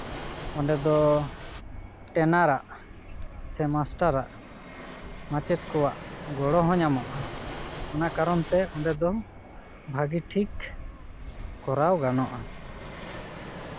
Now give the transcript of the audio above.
ᱚᱸᱰᱮ ᱫᱚ ᱴᱮᱱᱟᱨᱟ ᱥᱮ ᱢᱟᱥᱴᱟᱨᱟᱜ ᱢᱟᱪᱮᱫ ᱠᱚᱣᱟᱜ ᱜᱚᱲᱚ ᱦᱚᱸ ᱧᱟᱢᱚᱜᱼᱟ ᱚᱱᱟ ᱠᱟᱨᱚᱱ ᱛᱮ ᱚᱸᱰᱮ ᱫᱚ ᱵᱷᱟᱜᱮ ᱴᱷᱤᱠ ᱠᱚᱨᱟᱣ ᱜᱟᱱᱚᱜᱼᱟ